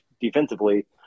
defensively